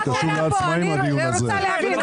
אני רוצה להבין,